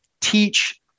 teach